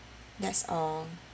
that's all